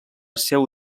seu